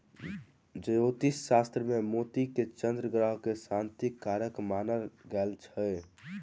ज्योतिष शास्त्र मे मोती के चन्द्र ग्रह के शांतिक कारक मानल गेल छै